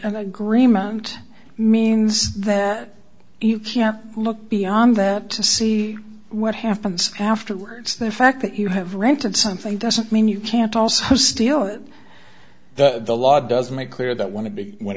agreement means that you can't look beyond that to see what happens afterwards the fact that you have rented something doesn't mean you can't also steal it the law doesn't make clear that want to be wh